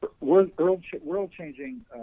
world-changing